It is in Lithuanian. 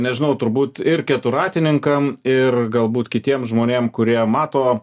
nežinau turbūt ir keturratininkam ir galbūt kitiem žmonėm kurie mato